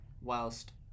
whilst